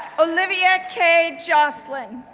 olivia kaye joslin,